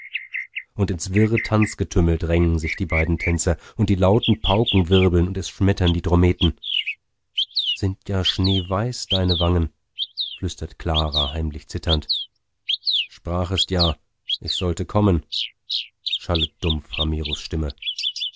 und ins wirre tanzgetümmel drängen sich die beiden tänzer und die lauten pauken wirbeln und es schmettern die trommeten sind ja schneeweiß deine wangen flüstert clara heimlich zitternd sprachest ja ich sollte kommen schallet dumpf ramiros stimme